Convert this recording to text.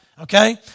okay